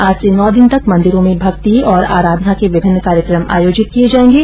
आज से नौ दिन तक मंदिरों में भक्ति और अराधना के विभिन्न कार्यक्रम आयोजित किये जायेंगे